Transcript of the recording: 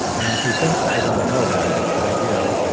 and he thinks i don't know about it, but i do.